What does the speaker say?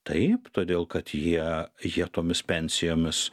taip todėl kad jie jie tomis pensijomis